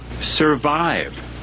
survive